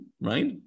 right